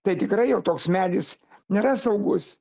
tai tikrai jau toks medis nėra saugus